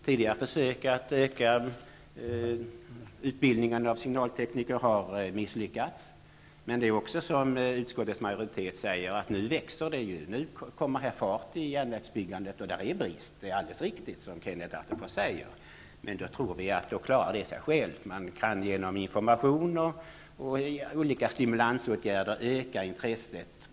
Tidigare försök att öka utbildningen av signaltekniker har misslyckats. Men det är också så, som utskottets majoritet säger: Nu växer det, nu blir det fart i järnvägsbyggandet. Det är alldeles riktigt, som Kenneth Attefors säger, att det råder brist på signaltekniker. Men vi tror att det löser sig självt. Man kan genom information och olika stimulansåtgärder öka intresset.